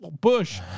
Bush